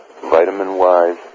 vitamin-wise